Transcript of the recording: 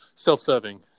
Self-serving